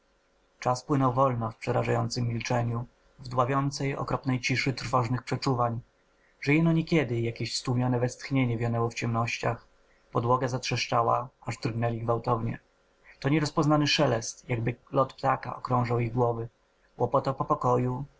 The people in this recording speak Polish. czas płynął wolno w przerażającem milczeniu w dławiącej okropnej ciszy trwożnych przeczuwań że jeno niekiedy jakieś stłumione westchnienie wionęło w ciemnościach podłoga zatrzeszczała aż drgnęli gwałtownie to nierozpoznany szelest jakby lot ptaka okrążał ich głowy łopotał po pokoju